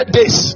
days